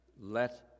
let